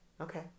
Okay